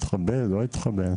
התקבל, לא התקבל.